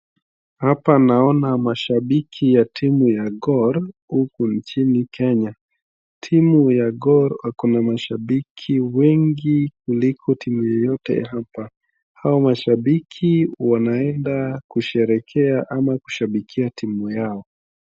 Hapa naona mashabiki ya timu ya Gor nchini Kenya. Timu ya Gor wakona mashabiki wengi kuliko timu yeyote hapa. Hao mashabiki wanaenda kusherehekea au kushabkia timu yao.